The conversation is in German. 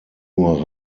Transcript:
nur